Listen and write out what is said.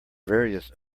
various